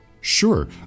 Sure